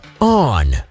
On